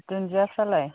दुनदियाफोरालाय